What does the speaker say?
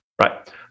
right